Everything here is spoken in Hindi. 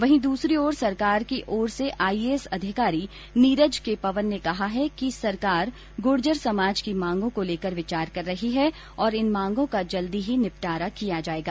वहीं दूसरी ओर सरकार की ओर से आईएएस अधिकारी नीरज के पवन ने कहा है कि सरकार गुर्जर समाज की मांगों को लेकर विचार कर रही है और इन मांगों का जल्दी ही निपटारा कर दिया जाएगा